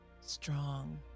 strong